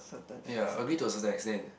ya agree to a certain extent